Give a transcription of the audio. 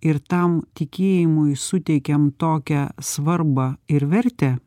ir tam tikėjimui suteikiam tokią svarbą ir vertę